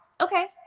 okay